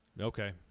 okay